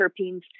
terpenes